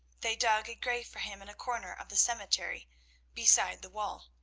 they dug a grave for him in a corner of the cemetery beside the wall.